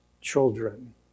children